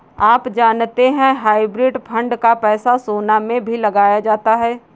आप जानते है हाइब्रिड फंड का पैसा सोना में भी लगाया जाता है?